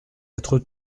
être